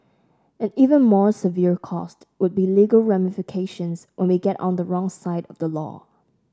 an even more severe cost would be legal ramifications when we get on the wrong side of the law